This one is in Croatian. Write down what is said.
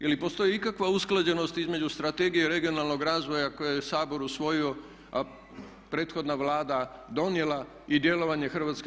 Je li postoji ikakva usklađenost između Strategije regionalnog razvoja koju je Sabor usvojio a prethodna Vlada donijela i djelovanje HBOR-a?